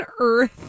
earth